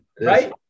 Right